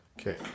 okay